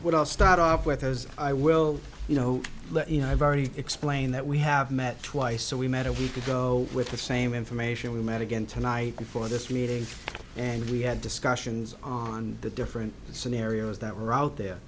i'll start off with as i will you know let you know i've already explained that we have met twice so we met a week ago with the same information we met again tonight before this meeting and we had discussions on the different scenarios that were out there